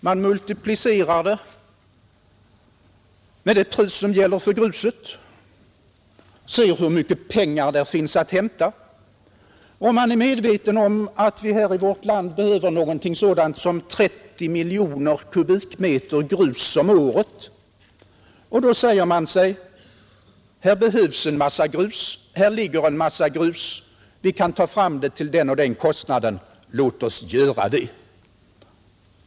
Man multiplicerar med det pris som gäller för gruset och ser hur mycket pengar där finns att hämta. Man är medveten om att vi här i vårt land behöver ungefär 30 miljoner kubikmeter grus om året, och då säger man sig: Det behövs en massa grus, här ligger en massa grus, vi kan ta fram det till den och den kostnaden, låt oss göra det.